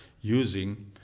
using